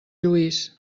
lluís